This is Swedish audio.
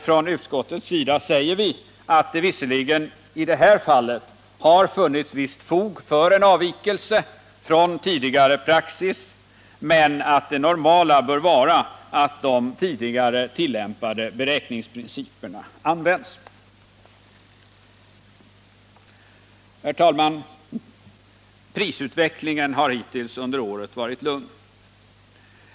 Från utskottets sida säger vi att det i det här fallet visserligen har funnits visst fog för en avvikelse från tidigare praxis, men att det normala bör vara att de tidigare beräkningsprinciperna används. Herr talman! Prisutvecklingen har hittills under året varit lugn.